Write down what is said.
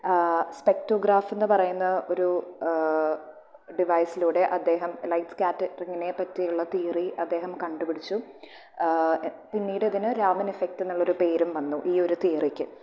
സ്പെക്ടോ graph എന്നുപറയുന്ന ഒരു ഡിവൈസിലൂടെ അദ്ദേഹം ലൈറ്റ് ക്യാറ്റ്റിങ്ങിനെ പറ്റിയുള്ള തിയറി അദ്ദേഹം കണ്ടുപിടിച്ചു പിന്നീട് അതിന് രാമൻ എഫ്ഫക്റ്റ് എന്നുളളുരു പേരും വന്നു ഈ ഒരു തിയറിക്ക്